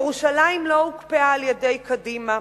ירושלים לא הוקפאה על-ידי קדימה.